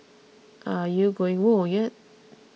are you going whoa yet